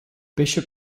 bishop